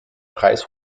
preis